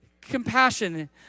compassion